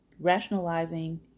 Rationalizing